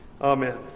Amen